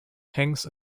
hangs